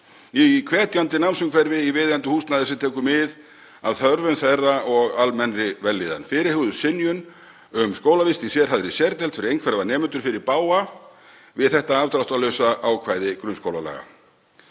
í hvetjandi námsumhverfi í viðeigandi húsnæði sem tekur mið af þörfum þeirra og almennri vellíðan.“ Fyrirhuguð synjun um skólavist í sérhæfðri sérdeild fyrir einhverfa nemendur fer í bága við þetta afdráttarlausa ákvæði grunnskólalaga.